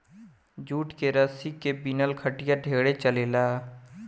jute के रसरी के बिनल खटिया ढेरे चलेला